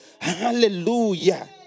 Hallelujah